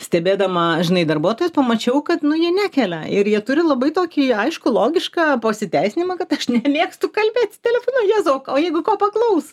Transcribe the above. stebėdama žinai darbuotojus pamačiau kad nu jie nekelia ir jie turi labai tokį aiškų logišką pasiteisinimą kad aš nemėgstu kalbėti telefonu jėzau o jeigu ko paklaus